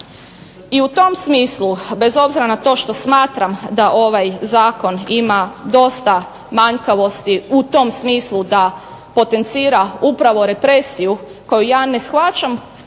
I u tom smislu bez obzira na to što smatram da ovaj zakon ima dosta manjkavosti u tom smislu da potencira upravo represiju koju ja ne shvaćam